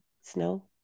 snow